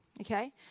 okay